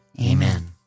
Amen